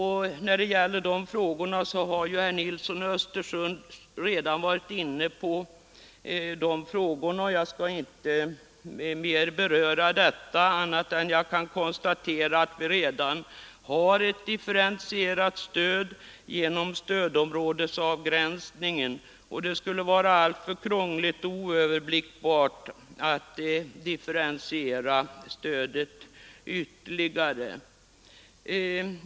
Herr Nilsson i Östersund har redan behandlat dessa spörsmål, och jag skall inte ta upp dem i annan mån än att jag konstaterar att vi redan har ett differentierat stöd genom stödområdesavgränsningen, och det skulle vara alltför krångligt och oöverblickbart att differentiera stödet ytterligare.